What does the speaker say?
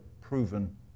proven